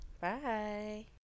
Bye